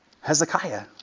Hezekiah